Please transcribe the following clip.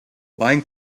lying